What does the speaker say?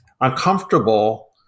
uncomfortable